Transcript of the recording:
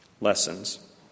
lessons